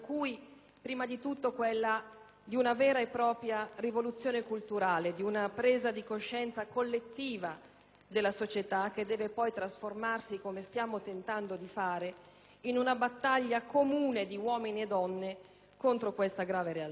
prima di tutto, l'attuazione di una vera e propria rivoluzione culturale, una presa di coscienza collettiva della società, che deve poi trasformarsi, come stiamo tentando di fare, in una battaglia comune di uomini e donne contro questa grave realtà.